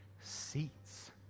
seats